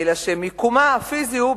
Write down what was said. אם אני לא טועה של כ-9 מיליוני שקלים.